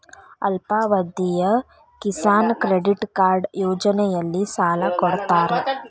ಅಲ್ಪಾವಧಿಯ Kisan credit card ಯೋಜನೆಯಲ್ಲಿಸಾಲ ಕೊಡತಾರ